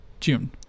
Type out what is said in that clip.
June